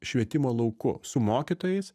švietimo lauku su mokytojais